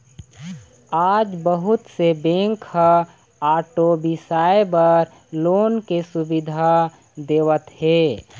आज बहुत से बेंक ह आटो बिसाए बर लोन के सुबिधा देवत हे